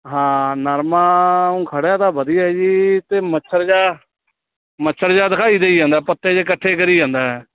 ਹਾਂ ਨਰਮਾ ਉਂਝ ਖੜ੍ਹਿਆ ਤਾਂ ਵਧੀਆ ਜੀ ਅਤੇ ਮੱਛਰ ਜਿਹਾ ਮੱਛਰ ਜਿਹਾ ਦਿਖਾਈ ਦਈ ਜਾਂਦਾ ਪੱਤੇ ਜੇ ਇਕੱਠੇ ਕਰੀ ਜਾਂਦਾ